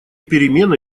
перемены